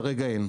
כרגע אין.